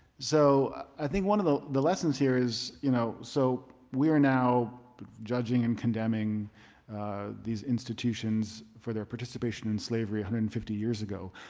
so i think one of the the lessons here is you know so we are now judging and condemning these institutions for their participation in slavery one hundred and fifty years ago,